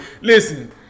Listen